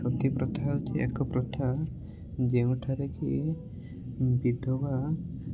ସତୀପ୍ରଥା ହେଉଛି ଏକ ପ୍ରଥା ଯେଉଁଠାରେ କି ବିଧବା